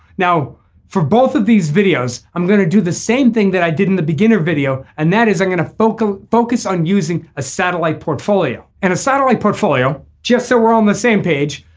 now for both of these videos i'm going to do the same thing that i did in the beginner video and that is i'm going to focus focus on using a satellite portfolio and a satellite portfolio just so we're on the same page.